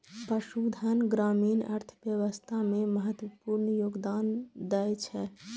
पशुधन ग्रामीण अर्थव्यवस्था मे महत्वपूर्ण योगदान दै छै